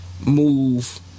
move